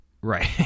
right